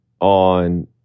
on